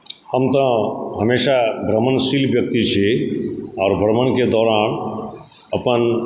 हम तऽ हमेशा भ्रमणशील व्यक्ति छी आओर भ्रमणके दौरान अपन